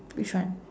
which one